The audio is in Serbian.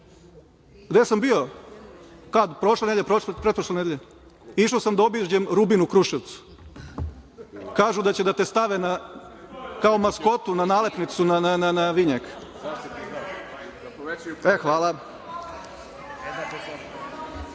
sam bio? Kad? Prošle nedelje? Pretprošle nedelje? Išao sam da obiđem „Rubin“ u Kruševcu. Kažu da će da te stave kao maskotu na nalepnicu na vinjak. Pričate